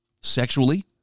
sexually